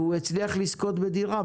והוא הצליח לזכות בדירה,